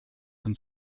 and